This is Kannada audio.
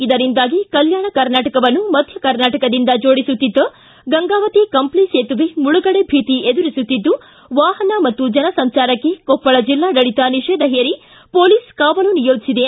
ಇದರಿಂದಾಗಿ ಕಲ್ಕಾಣ ಕರ್ನಾಟಕವನ್ನು ಮಧ್ಯ ಕರ್ನಾಟಕದಿಂದ ಜೋಡಿಸುತ್ತಿದ್ದ ಗಂಗಾವತಿ ಕಂಪ್ಲಿ ಸೇತುವೆ ಮುಳುಗಡೆ ಭೀತಿ ಎದುರಿಸುತ್ತಿದ್ದು ವಾಹನ ಮತ್ತು ಜನಸಂಚಾರಕ್ಕೆ ಕೊಪ್ಪಳ ಜಿಲ್ಲಾಡಳಿತ ನಿಷೇಧ ಹೇರಿ ಪೊಲೀಸ್ ಕಾವಲು ನಿಯೋಜಿಸಿದೆ